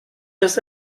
das